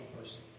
person